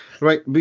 Right